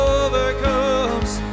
overcomes